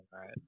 right